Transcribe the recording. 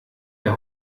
der